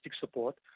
support